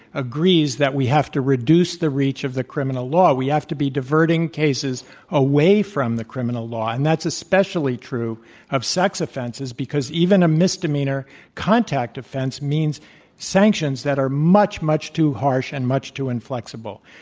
agrees that we have to reduce the reach of the criminal law. we have to be diverting cases away from the criminal law. and that's especially true of sex offenses because even a misdemeanor contact offense means sanctions that are much, much too harsh and much too inflexible.